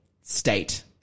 State